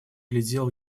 глядел